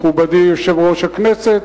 מכובדי יושב-ראש הכנסת,